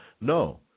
no